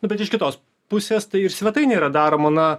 nu bet iš kitos pusės tai ir svetainė yra daroma na